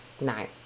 Nice